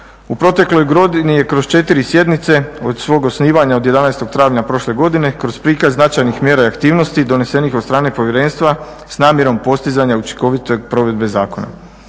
U protekloj godini je kroz 4 sjednice od svog osnivanja od 11. travnja prošle godine kroz prikaz značajnih mjera i aktivnost donesenih od strane povjerenstva s namjernom postizanja učinkovite provedbe zakona,